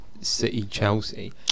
City-Chelsea